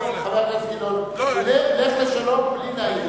חבר הכנסת גילאון, לך לשלום בלי להיעלב.